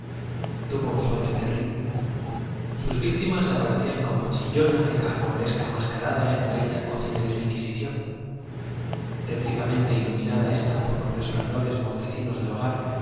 tuvo un sueño terrible sus víctimas se aparecían como chillona y carnavalesca mascarada en aquella cocinerib inquisición tétricamente iluminada ésta por los resplandores mortecinos del hogar